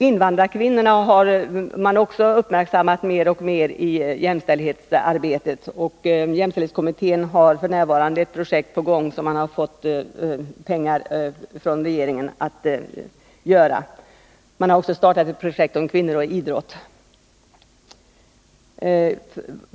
Invandrarkvinnornas situation har uppmärksammats mer och mer i jämställdhetsarbetet, och jämställdhetskommittén har f. n. ett projekt på gång som man har fått pengar till från regeringen. Man har också startat ett projekt om kvinnor och idrott.